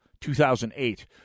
2008